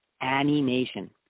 Animation